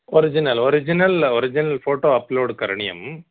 original original original photo upload करणीयम्